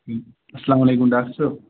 السلامُ علیکُم ڈاکٹر صٲب